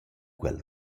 quel